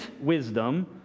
wisdom